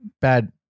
bad